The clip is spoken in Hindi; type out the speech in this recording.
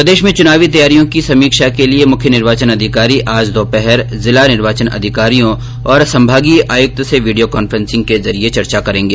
प्रदेश में चुनावी तैयारियों की समीक्षा के लिए मुख्य निर्वाचन अधिकारी आज दोपहर जिला निर्वाचन अधिकारियों और संभागीय आयुक्त से वीडियो कॉन्फ्रेसिंग के जरिये चर्चा करेंगे